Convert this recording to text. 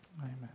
Amen